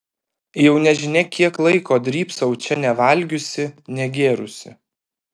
jau nežinia kiek laiko drybsau čia nevalgiusi negėrusi